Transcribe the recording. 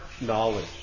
knowledge